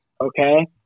Okay